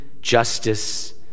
Justice